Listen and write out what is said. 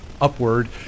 upward